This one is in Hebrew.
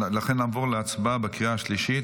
לכן נעבור להצבעה בקריאה השלישית.